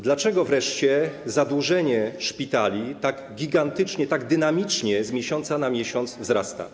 Dlaczego wreszcie zadłużenie szpitali tak gigantycznie i tak dynamicznie z miesiąca na miesiąc wzrasta?